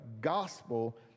gospel